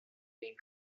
being